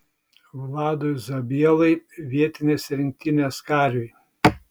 vladui zabielai vietinės rinktinės kariui